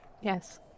Yes